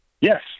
Yes